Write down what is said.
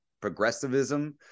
progressivism